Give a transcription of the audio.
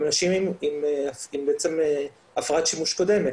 אנשים שהם בעצם עם הפרעת שימוש קודמת,